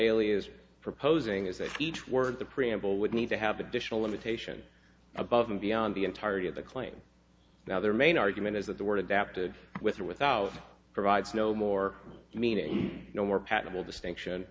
is proposing is that each word the preamble would need to have additional limitation above and beyond the entirety of the claim now their main argument is that the word adapted with or without provides no more meaning no more palatable distinction